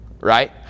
right